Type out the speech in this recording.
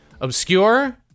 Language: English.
obscure